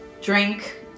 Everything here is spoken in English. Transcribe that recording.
Drink